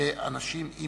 באנשים עם